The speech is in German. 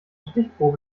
stichprobe